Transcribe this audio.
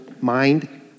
mind